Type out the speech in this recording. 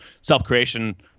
self-creation